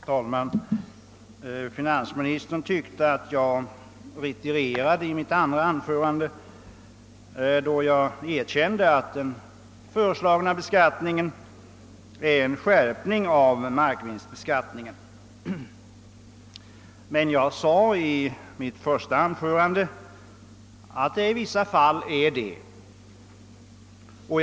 Herr talman! Finansministern tyckte att jag retirerade i mitt andra anförande när jag erkände att den föreslagna beskattningen innebär en skärpning av markvinstbeskattningen. Jag framhöll emellertid i mitt första anförande att detta i vissa fall är förhållandet.